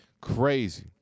Crazy